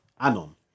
Anon